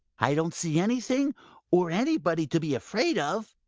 i don't see anything or anybody to be afraid of,